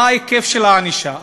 את ההיקף של הענישה.